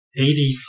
80s